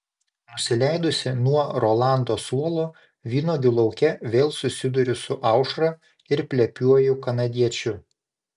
nusileidusi nuo rolando suolo vynuogių lauke vėl susiduriu su aušra ir plepiuoju kanadiečiu